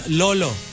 lolo